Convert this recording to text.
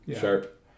sharp